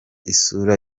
isura